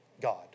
God